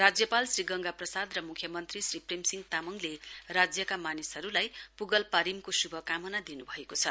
राज्यपाल श्री गंगा प्रसाद र मुख्यमन्त्री श्री प्रेमसिंह तामङले राज्यका मानिसहरुलाई पूगल पारीमको शुभकामना दिनुभएको छ